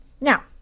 Now